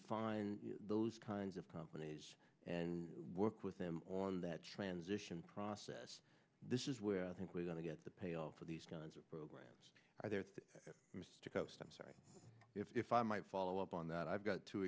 find those kinds of companies and work with them on that transition process this is where i think we're going to get the payoff for these kinds of programs are there i'm sorry if i might follow up on that i've got two